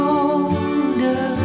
older